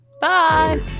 Bye